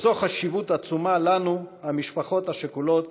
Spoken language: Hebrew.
ויש בזה חשיבות עצומה לנו, המשפחות השכולות,